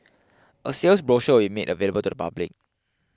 a sales brochure will be made available to the public